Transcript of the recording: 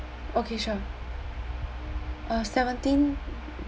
okay sure uh seventeen